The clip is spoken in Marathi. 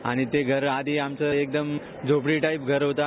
आणि ते घर आधी आमचं एकदम झोपडी टाईप घर होतं